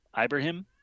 Ibrahim